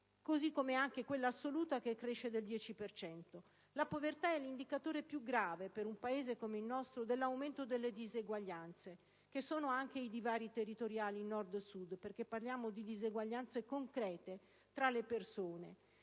così come anche quella assoluta, che cresce del 10 per cento. La povertà è l'indicatore più grave, per un Paese come il nostro, dell'aumento delle diseguaglianze, che sono anche i divari territoriali Nord-Sud, perché parliamo di diseguaglianze concrete tra le persone.